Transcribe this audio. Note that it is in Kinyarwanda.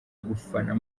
gufana